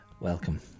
Welcome